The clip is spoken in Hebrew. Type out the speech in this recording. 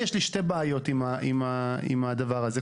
יש לי שתי בעיות עם הדבר הזה,